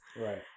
Right